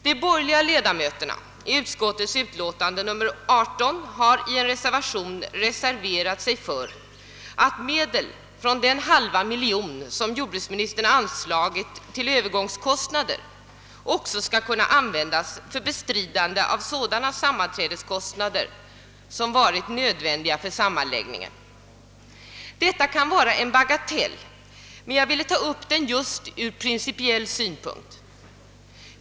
De borgerliga ledamöterna har i en reservation, fogad till utskottets utlåtande nr 18, reserverat sig för att medel från den halva miljon som jordbruksministern anslagit till övergångskostnader också skall få användas för bestridande av sådana sammanträdeskostnader som varit nödvändiga för sammanläggningen. Detta kan tyckas vara en bagatell, men jag vill ta upp den just ur principiell synpunkt.